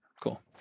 Cool